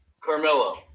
Carmelo